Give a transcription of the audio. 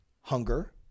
hunger